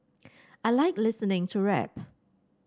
I like listening to rap